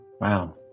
Wow